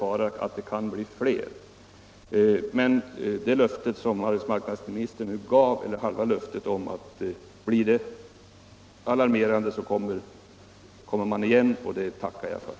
Anser statsrådet att de medel som av sysselsättningsskäl nyligen anvisats för bl.a. ombyggnad av SJ:s personvagnar också kan användas för upprustning av exempelvis motorvagnståg på det trafiksvaga bannätet?